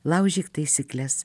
laužyk taisykles